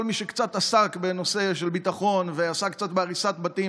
כל מי שקצת עסק בנושא של ביטחון ועסק קצת בהריסת בתים,